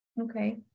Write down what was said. Okay